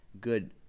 good